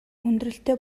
хүндрэлтэй